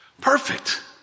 Perfect